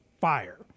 fire